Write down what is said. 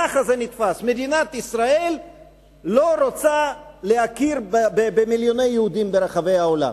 כך זה נתפס: מדינת ישראל לא רוצה להכיר במיליוני יהודים ברחבי העולם.